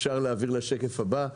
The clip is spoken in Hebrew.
(שקף: עליית מחירי חומרי גלם מרכזיים).